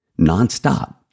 nonstop